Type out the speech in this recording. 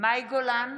מאי גולן,